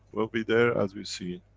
we'll be there as we've seen.